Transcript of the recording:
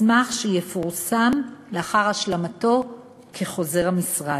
מסמך שיפורסם לאחר השלמתו כחוזר המשרד.